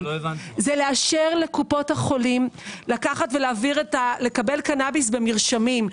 לאשר לקופות החולים לקבל קנאביס במרשמים.